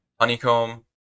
honeycomb